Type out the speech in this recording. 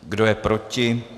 Kdo je proti?